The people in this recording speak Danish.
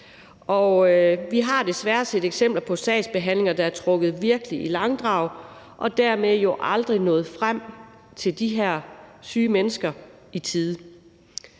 vi har desværre set eksempler på sagsbehandlinger, der virkelig er trukket i langdrag, og hvor hjælpen dermed aldrig er nået frem til de her syge mennesker i tide.